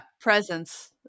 presence